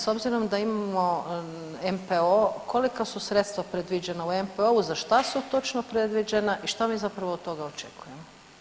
S obzirom da imamo NPOO kolika su sredstva predviđena u NPOO-u, za šta su točno predviđena i šta mi zapravo od toga očekujemo?